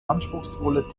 anspruchsvolle